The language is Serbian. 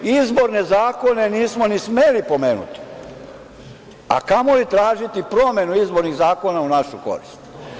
Izborne zakona nismo ni smeli pomenuti, a kamoli tražiti promenu izbornih zakona u našu korist.